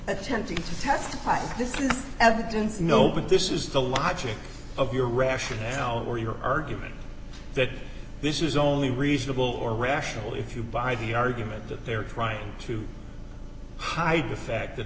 attempting to testify this is evidence no but this is the logic of your rationale or your argument that this is only reasonable or rational if you buy the argument that they're trying to hide the fact that